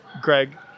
Greg